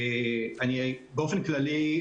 באופן כללי,